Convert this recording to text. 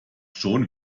schon